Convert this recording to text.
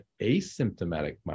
asymptomatic